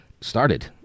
started